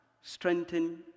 strengthen